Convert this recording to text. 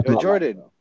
Jordan